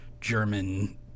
German